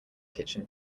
kitchen